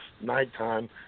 nighttime